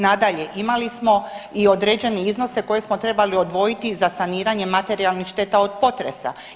Nadalje, imali smo i određene iznose koje smo trebali odvojiti za saniranje materijalnih šteta od potresa.